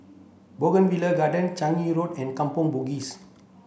Bougainvillea Garden Changi Road and Kampong Bugis